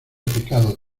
pecado